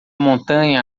montanha